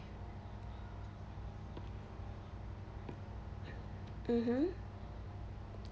mmhmm